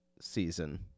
season